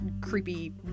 creepy